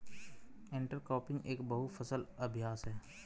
intercropping एक बहु फसल अभ्यास है